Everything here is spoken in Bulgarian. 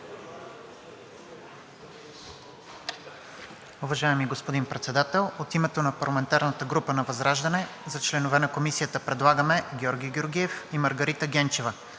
Уважаеми господин Председател, от името на парламентарната група на ВЪЗРАЖДАНЕ за членове на Комисията предлагаме Георги Георгиев и Маргарита Генчева.